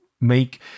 make